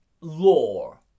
lore